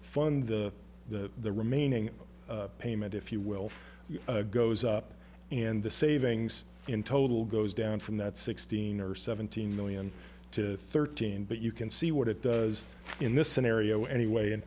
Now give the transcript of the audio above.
fund the the remaining payment if you will goes up and the savings in total goes down from that sixteen or seventeen million to thirteen but you can see what it does in this scenario anyway in